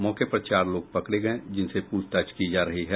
मौके पर चार लोग पकड़े गये जिनसे पूछताछ की जा रही है